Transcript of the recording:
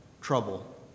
trouble